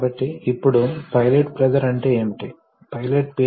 కాబట్టి hydraulic system లో ఉపయోగించే వివిధ రకాల లైన్స్ ఉన్నాయి